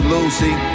Lucy